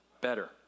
better